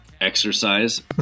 exercise